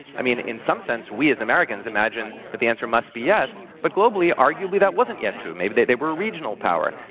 i mean, in some sense, we as americans imagine that the answer must be yes. but globally, arguably, that wasn't yet true. maybe we they were a regional power.